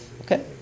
Okay